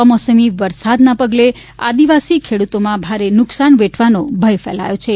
કમોસમી વરસાદને પગલે આદિવાસી ખેડૂતોમાં ભારે નુકશાન વેઠવાનો ભય ફેલાયો છે